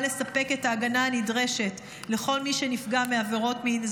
לספק את ההגנה הנדרשת לכל מי שנפגע מעבירות מין.